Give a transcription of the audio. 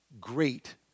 Great